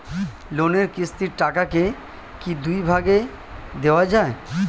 লোনের কিস্তির টাকাকে কি দুই ভাগে দেওয়া যায়?